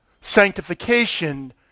sanctification